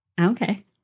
Okay